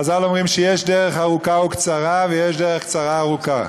חז"ל אומרים שיש דרך ארוכה וקצרה ויש דרך קצרה וארוכה.